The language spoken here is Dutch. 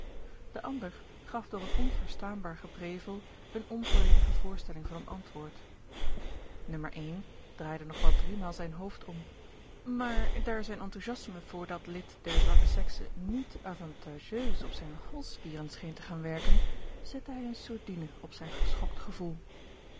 de ander gaf door een onverstaanbaar geprevel eene onvolledige voorstelling o van een antwoord ummer draaide nog wel driemaal zijn hoofd om maar daar zijn enthousiasme voor dat lid der zwakke sexe niet avantageus op zijne halsspieren scheen te gaan werken zette hij eene sourdine op zijn geschokt gevoel